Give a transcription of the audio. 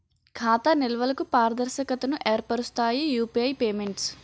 ఖాతా నిల్వలకు పారదర్శకతను ఏర్పరుస్తాయి యూపీఐ పేమెంట్స్